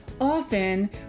often